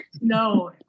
No